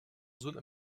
zone